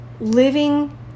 living